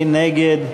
מי נגד?